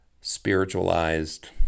spiritualized